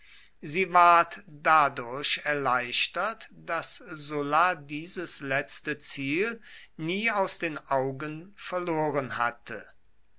sie ward dadurch erleichtert daß sulla dieses letzte ziel nie aus den augen verloren hatte